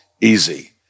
easy